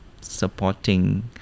supporting